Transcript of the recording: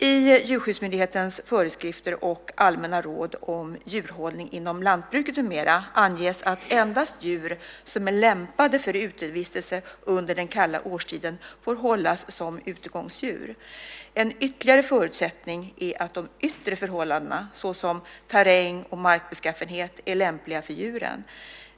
I Djurskyddsmyndighetens föreskrifter och allmänna råd om djurhållning inom lantbruket med mera anges att endast djur som är lämpade för utevistelse under den kalla årstiden får hållas som utegångsdjur. En ytterligare förutsättning är att de yttre förhållandena såsom terräng och markbeskaffenhet är lämpliga för djuren.